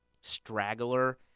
straggler